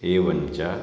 एवञ्च